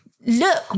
look